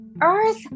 Earth